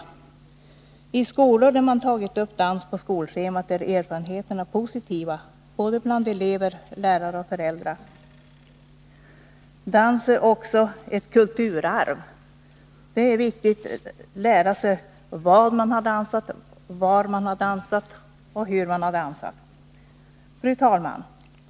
I skolor där dans tagits upp på skolschemat är erfarenheterna positiva, både bland elever, lärare och föräldrar. Dans är också ett kulturarv. Det är viktigt att lära sig vad man har dansat, var man har gjort det och hur man har dansat. Fru talman!